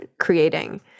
creating